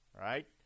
Right